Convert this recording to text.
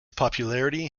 popularity